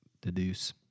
deduce